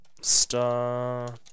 Star